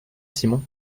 simon